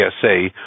PSA